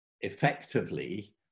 effectively